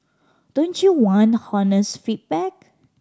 don't you want honest feedback